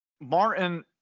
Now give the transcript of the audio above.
Martin